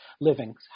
living